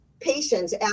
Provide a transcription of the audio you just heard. patients